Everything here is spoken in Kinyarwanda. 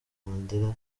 mandela